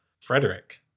Frederick